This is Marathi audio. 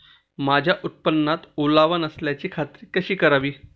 माझ्या उत्पादनात ओलावा नसल्याची खात्री कशी करावी?